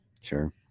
sure